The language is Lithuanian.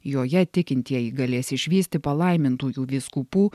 joje tikintieji galės išvysti palaimintųjų vyskupų